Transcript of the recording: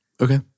Okay